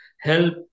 help